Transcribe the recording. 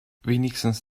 wenigstens